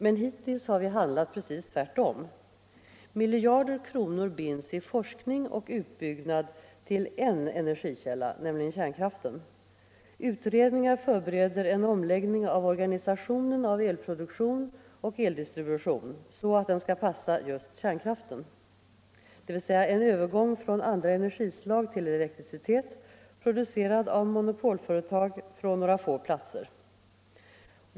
Men hittills har vi handlat precis tvärtom. Miljarder kronor binds i forskning och utbyggnad av en energikälla, nämligen kärnkraften. Utredningar förbereder en omläggning av organisationen av elproduktion och eldistribution så att den skall passa kärnkraften, dvs. en övergång från andra energislag till elektricitet, producerad av monopolföretag från några få platser.